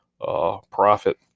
profit